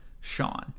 Sean